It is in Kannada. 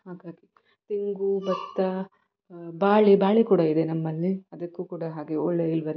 ಹಾಗಾಗಿ ತೆಂಗು ಭತ್ತ ಬಾಳೆ ಬಾಳೆ ಕೂಡ ಇದೆ ನಮ್ಮಲ್ಲಿ ಅದಕ್ಕೂ ಕೂಡ ಹಾಗೆ ಒಳ್ಳೆಯ ಇಳುವರಿ